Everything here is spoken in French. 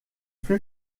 fut